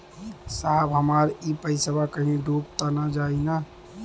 साहब हमार इ पइसवा कहि डूब त ना जाई न?